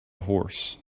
horse